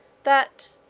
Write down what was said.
that,